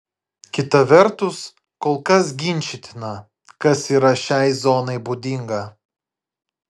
kita vertus kol kas ginčytina kas yra šiai zonai būdinga